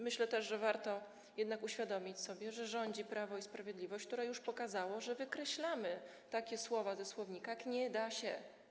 Myślę też, że warto jednak uświadomić sobie, że rządzi Prawo i Sprawiedliwość, które już pokazało, że wykreślamy ze słownika takie słowa jak „nie da się”